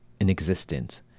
inexistent